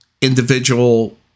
individual